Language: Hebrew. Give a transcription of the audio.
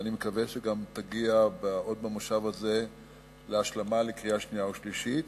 ואני מקווה שהיא גם תגיע עוד במושב הזה להשלמה בקריאה שנייה ושלישית.